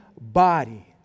body